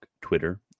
Twitter